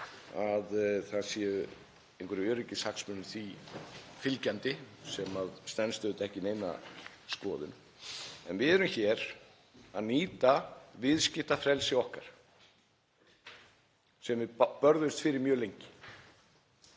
að það séu einhverjir öryggishagsmunir því fylgjandi sem stenst auðvitað ekki neina skoðun. En við erum hér að nýta viðskiptafrelsi okkar sem við börðumst fyrir mjög lengi.